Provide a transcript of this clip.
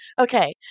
Okay